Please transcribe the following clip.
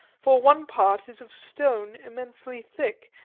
for one part is of stone immensely thick,